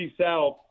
South